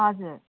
हजुर